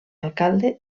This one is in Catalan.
alcalde